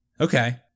Okay